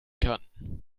kann